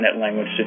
language